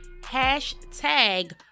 hashtag